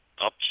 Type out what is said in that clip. Up